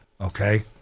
Okay